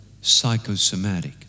psychosomatic